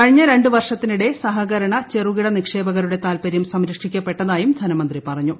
കഴിഞ്ഞ രണ്ട് വർഷത്തിനിടെ സഹകരണ ചെറുകിട നിക്ഷേപകരുടെ താൽപര്യം സംരക്ഷിക്കപ്പെട്ടതായും ധനമന്ത്രി പറഞ്ഞു